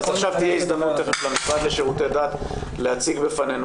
אז תיכף תהיה הזדמנות למשרד לשירותי דת להציג בפנינו